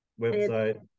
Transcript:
website